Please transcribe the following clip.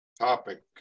topic